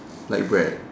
like bread